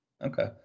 Okay